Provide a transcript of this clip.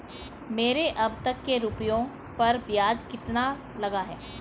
मेरे अब तक के रुपयों पर ब्याज कितना लगा है?